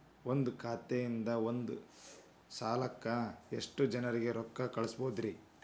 ಒಂದ್ ಖಾತೆಯಿಂದ, ಒಂದ್ ಸಲಕ್ಕ ಎಷ್ಟ ಜನರಿಗೆ ರೊಕ್ಕ ಕಳಸಬಹುದ್ರಿ?